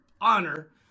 honor